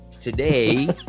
today